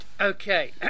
okay